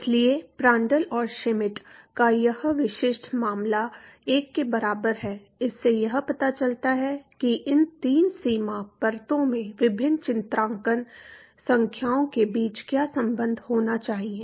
इसलिए प्रांड्ल और श्मिट का यह विशिष्ट मामला 1 के बराबर है इससे यह पता चलता है कि इन तीन सीमा परतों में विभिन्न चरित्रांकन संख्याओं के बीच क्या संबंध होना चाहिए